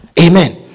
Amen